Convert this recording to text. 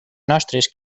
nostres